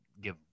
give